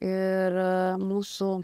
ir mūsų